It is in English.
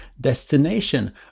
destination